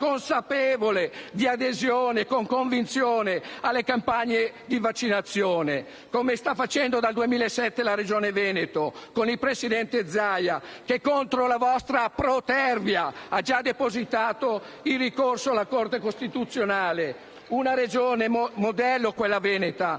consapevole di adesione con convinzione alle campagne di vaccinazione; come sta facendo dal 2007 la Regione Veneto, con il presidente Zaia, che contro la vostra protervia ha già depositato il ricorso alla Corte costituzionale. È una Regione modello quella Veneta